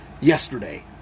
yesterday